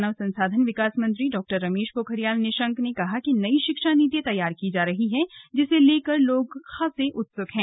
मानव संसाधन विकास मंत्री डॉ रमेश पोखरियाल निशंक ने कहा कि नई शिक्षा नीति तैयार की जा रही है जिसे लेकर लोग खासे उत्सुक हैं